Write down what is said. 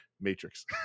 matrix